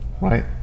Right